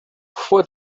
fue